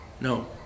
No